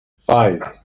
five